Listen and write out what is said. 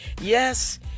Yes